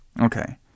Okay